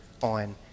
on